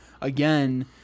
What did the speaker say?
again